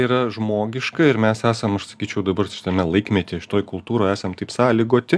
yra žmogiška ir mes esam aš sakyčiau dabar šiame laikmetyje šitoj kultūroj esam taip sąlygoti